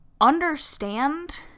understand